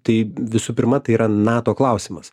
tai visų pirma tai yra nato klausimas